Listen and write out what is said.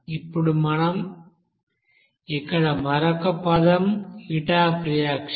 ఇప్పుడు ఇక్కడ మరొక పదం హీట్ ఆఫ్ రియాక్షన్